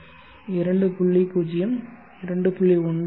0 2